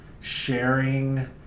sharing